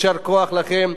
יישר כוח לכם.